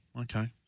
Okay